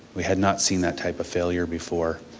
we had not seen that type of failure before,